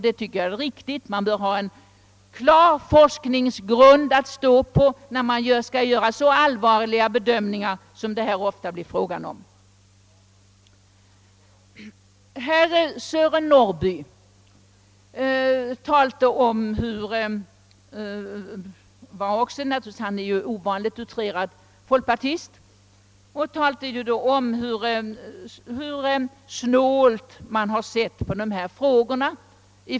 Det tycker jag också är viktigt; vi bör ha en klar vetenskaplig grund att stå på när vi skall göra så allvarliga bedömningar som det här ofta blir fråga om. Herr Sören Norrby, som är en ovanligt utrerad folkpartist, talade om hur snål regeringen varit i dessa frågor.